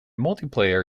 multiplayer